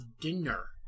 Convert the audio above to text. dinner